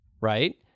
right